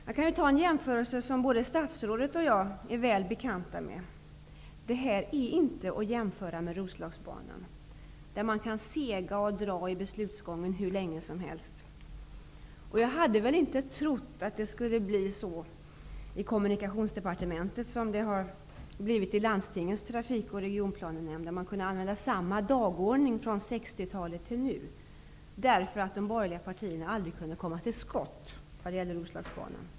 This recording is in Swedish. Jag kan ju göra en jämförelse som både statsrådet och jag är väl bekanta med. Detta är inte detsamma som Roslagsbanan, där man kan sega och dra hur länge som helst i beslutsgången. Jag trodde inte att det skulle bli på samma sätt i Kommunikationsdepartementet som det har blivit i landstingets trafik och regionplanenämnd, där man kunde använda samma dagordning från 60 talet fram till nu, eftersom de borgerliga partierna inte kunde komma till skott när det gällde Roslagsbanan.